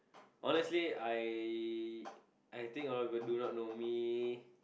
honestly I I think a lot people do not know me